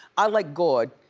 i like gaud,